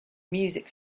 music